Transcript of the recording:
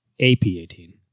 AP18